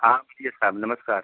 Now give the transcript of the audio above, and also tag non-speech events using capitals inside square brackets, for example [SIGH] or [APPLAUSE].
हाँ [UNINTELLIGIBLE] साहब नमस्कार